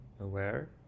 aware